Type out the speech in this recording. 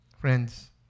Friends